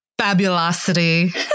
fabulosity